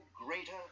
greater